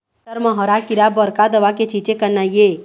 टमाटर म हरा किरा बर का दवा के छींचे करना ये?